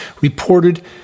reported